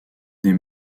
des